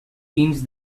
dins